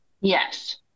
Yes